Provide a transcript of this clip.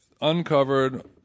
Uncovered